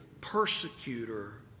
persecutor